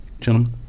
Gentlemen